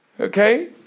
okay